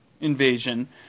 invasion